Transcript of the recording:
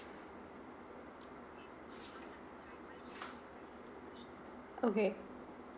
okay